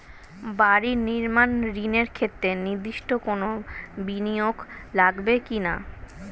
বাড়ি নির্মাণ ঋণের ক্ষেত্রে নির্দিষ্ট কোনো বিনিয়োগ লাগবে কি না?